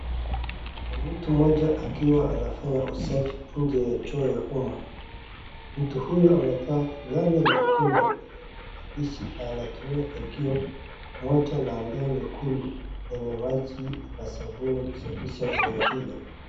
Ni mtu mmoja akiwa anafanya usafi nje ya choo ya umma. Mtu huyu amevaa fulana nyekundu yenye maandishi na anatumia fagio moja na ndoo nyekundu yenye maji na sabuni kusafisha eneo hilo.